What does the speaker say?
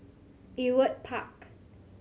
Ewart Park